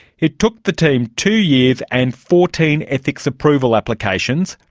it took the team two years and fourteen ethics approval applications,